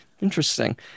Interesting